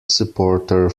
supporter